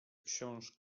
książ